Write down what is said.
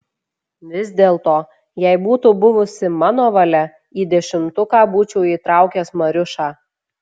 vis dėlto jei būtų buvusi mano valia į dešimtuką būčiau įtraukęs mariušą